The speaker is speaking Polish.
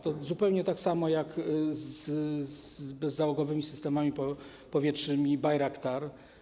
To zupełnie tak samo jak z bezzałogowymi systemami powietrznymi Bayraktar.